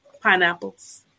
Pineapples